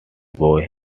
boy